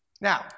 Now